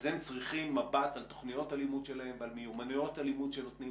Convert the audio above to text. אז הם צריכים מבט על תוכניות הלימוד שלהם ועל מיומנויות הלימוד שנותנים